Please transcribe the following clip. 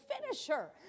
finisher